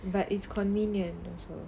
but it's convenient also